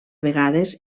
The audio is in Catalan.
vegades